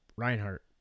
Reinhardt